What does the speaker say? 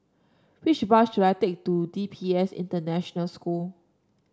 which bus should I take to D P S International School